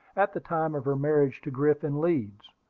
at the time of her marriage to griffin leeds,